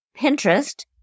Pinterest